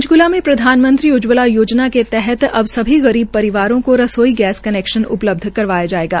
पंचकुला में प्रधानमंत्री उज्जवला योजना के तहत अब सभी गरीब परिवारों को रसोई गैस कनैक्शन उपलब्ध करवाया जायेगा